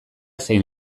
zein